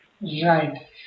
Right